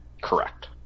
Correct